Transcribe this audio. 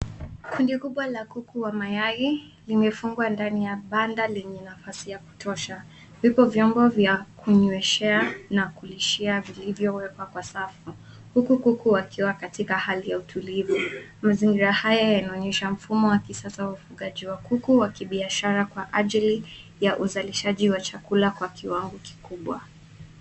Kundi kubwa la kuku wa mayai limefungwa ndani ya banda lenye nafasi ya kutosha. Vipo vyombo vya kunyweshea na kulishia vilivyowekwa kwa safu, huku kuku wakiwa katika hali ya utulivu. Mazingira haya yanaonyesha mfumo wa kisasa wa ufugaji kuku kibiashara kwa ajili ya uzalishaji wa chakula kwa kiwango kikubwa.